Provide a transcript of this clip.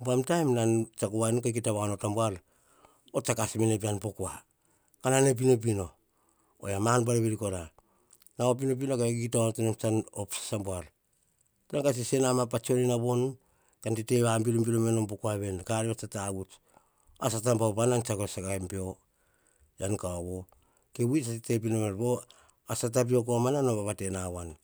Ubam taim nan tsiako woaveni ka kita va onoto abuar, oyia tsa kas mene pian po kua. oiya tsa kas mene pian ka nane pinopino, ma ar buar veri kora. Nao pinopino kan kita op sasa buar, nao ka sese nama pa tsionena voni, kan tete va birobiro enom veni, ka ar via tsa tavuts sata bau pa nan tsiakoem pio, ean ekaovo, sata pio komava no vavate na voan